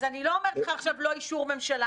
אז אני לא אומרת לך עכשיו, לא אישור ממשלה.